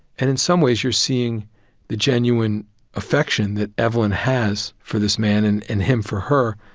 and in some ways you're seeing the genuine affection that evelyn has for this man, and and him for her,